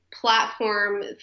platform